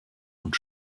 und